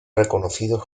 reconocidos